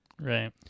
Right